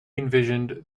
envisioned